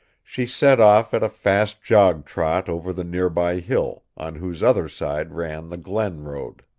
she set off at a fast jog trot over the nearby hill, on whose other side ran the glen road.